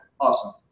awesome